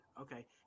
okay